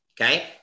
Okay